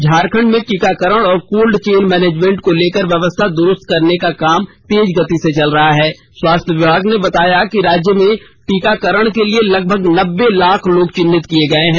झारखंड में टीकाकरण और कोल्ड चेन मैनेजमेंट को लेकर व्यवस्था द्रुस्त करने का काम तेज गति से चल रहा है स्वास्थ्य विभाग ने बताया कि राज्य में टीकाकरण के लिए लगभग नब्बे लाख लोग चिन्हित किए गए है